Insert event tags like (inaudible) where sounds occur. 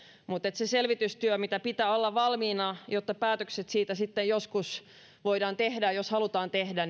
mutta se selvitystyö minkä pitää olla valmiina jotta päätökset siitä sitten joskus voidaan tehdä jos halutaan tehdä (unintelligible)